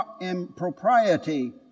impropriety